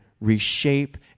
reshape